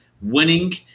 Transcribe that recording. winning